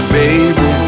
baby